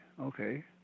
okay